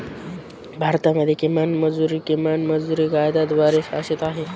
भारतामध्ये किमान मजुरी, किमान मजुरी कायद्याद्वारे शासित आहे